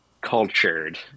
cultured